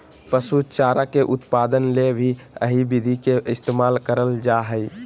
पशु चारा के उत्पादन ले भी यही विधि के इस्तेमाल करल जा हई